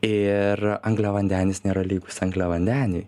ir angliavandenis nėra lygus angliavandeniui